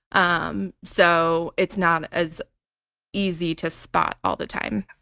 um so it's not as easy to spot all the time.